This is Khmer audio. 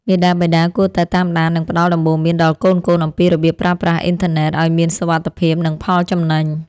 មាតាបិតាគួរតែតាមដាននិងផ្ដល់ដំបូន្មានដល់កូនៗអំពីរបៀបប្រើប្រាស់អ៊ីនធឺណិតឱ្យមានសុវត្ថិភាពនិងផលចំណេញ។